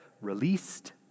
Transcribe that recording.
released